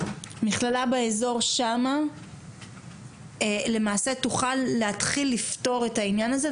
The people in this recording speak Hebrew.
מכללה באזור שם תוכל להתחיל לפתור את העניין הזה.